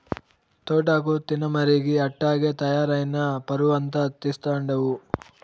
తోటాకు తినమరిగి అట్టాగే తయారై నా పరువంతా తీస్తండావు